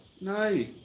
no